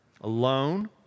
alone